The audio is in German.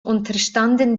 unterstanden